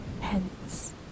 Hence